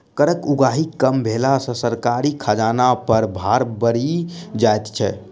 करक उगाही कम भेला सॅ सरकारी खजाना पर भार बढ़ि जाइत छै